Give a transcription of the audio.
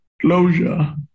closure